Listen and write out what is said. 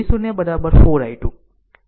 આમ v0 4 i2